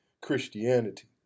Christianity